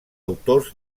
autors